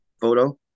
photo